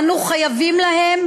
אנו חייבים להם,